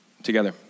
together